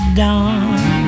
dawn